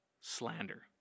slander